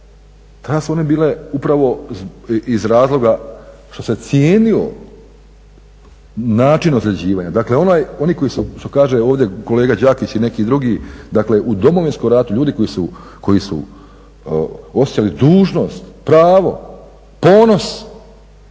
tada su one bile upravo iz razloga što se cijenio način ozljeđivanja. Dakle onaj, oni koji su što kaže ovdje kolega Đakić i neki drugi, dakle u Domovinskom ratu, ljudi koji su osjećali dužnost, pravo, ponos